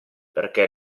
perché